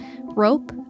rope